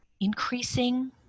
increasing